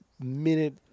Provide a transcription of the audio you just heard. minute